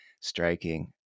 striking